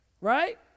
Right